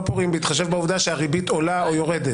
פורעים בהתחשב בעובדה שהריבית עולה או יורדת?